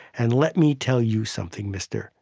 and let me tell you something, mister,